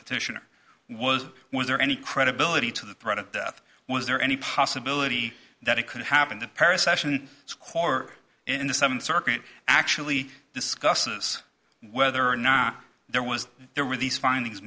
petitioner was was there any credibility to the threat of death was there any possibility that it could happen to paris session score in the seventh circuit actually discusses whether or not there was there were these findings